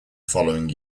following